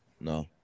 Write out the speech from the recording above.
No